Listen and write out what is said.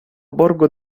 borgo